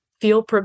feel